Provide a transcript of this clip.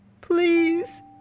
Please